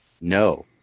No